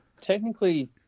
technically